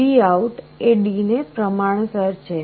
VOUT એ D ને પ્રમાણસર છે